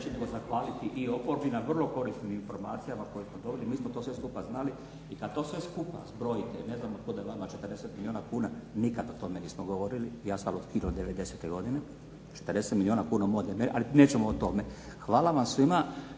nego zahvaliti i oporbi na vrlo korisnim informacijama koje smo dobili. Mi smo to sve skupa znali i kad to sve skupa zbrojite, ne znam od kuda je vama 40 milijuna kuna, nikad o tome nismo govorili. Ja sam u HINA-i od devedesete godine. 40 milijuna kuna ali nećemo o tome. Hvala vam svima.